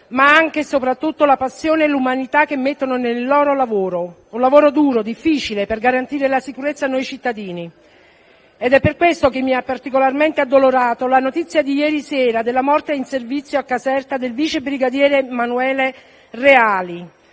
ma anche e soprattutto la passione e l'umanità che mettono nel loro lavoro. È un lavoro duro e difficile per garantire la sicurezza a noi cittadini. È per questo che mi ha particolarmente addolorata la notizia di ieri sera della morte in servizio a Caserta del vice brigadiere Emanuele Reali.